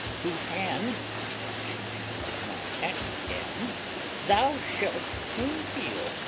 whose hand she being now at hand thou shalt soon feel,